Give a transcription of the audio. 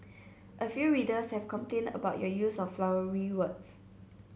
a few readers have complained about your use of flowery words